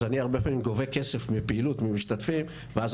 אז אני הרבה פעמים גובה כסף בפעילות ממשתתפים ואז